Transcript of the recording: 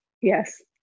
yes